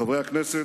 חברי הכנסת,